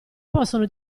possano